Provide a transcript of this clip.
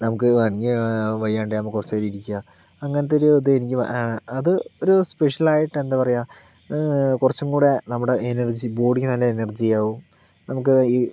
നമുക്ക് വേണമെങ്കിൽ വയ്യാണ്ടാവുമ്പോൾ കുറച്ചു നേരം ഇരിക്കാം അങ്ങനത്തെ ഒരു ഇത് എനിക്ക് അത് ഒരു സ്പെഷ്യലായിട്ട് എന്താ പറയുക കുറച്ചും കൂടി നമ്മുടെ എനർജി ബോഡിക്ക് നല്ല എനർജിയാവും നമുക്ക് ഈ